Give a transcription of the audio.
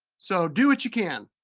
so do what you can.